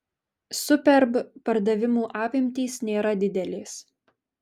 superb pardavimų apimtys nėra didelės